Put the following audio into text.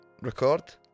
record